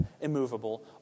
immovable